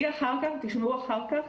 תשמעו אחר כך.